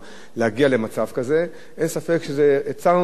אין ספק שצר לנו על כך שממונם של משקיעים,